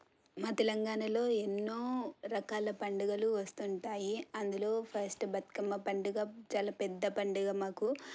మా తెలంగాణలో ఎన్నో రకాల పండుగలు వస్తుంటాయి అందులో ఫస్ట్ బతుకమ్మ పండుగ చాలా పెద్ద పండుగ మాకు